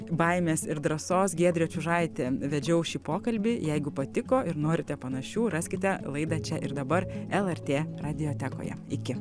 baimės ir drąsos giedrė čiužaitė vedžiau šį pokalbį jeigu patiko ir norite panašių raskite laidą čia ir dabar lrt radiotekoje iki